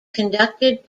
conducted